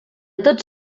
tots